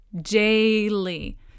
daily